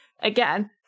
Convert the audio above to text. again